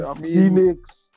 Phoenix